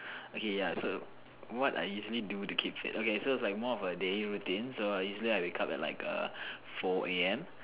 okay ya so what I usually do to keep fit okay so it's more of like a daily routine so I usually I wake up at like err four A_M